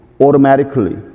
automatically